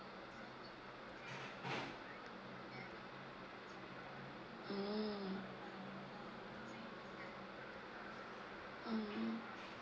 mm mm